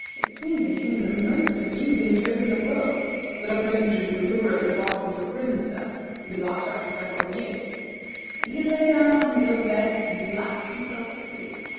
it seemed to him the most amusing joke in the world that a person should deliberately walk into a prison-cell and be locked up for several years and he lay down on his little bed and laughed himself to sleep.